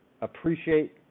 Appreciate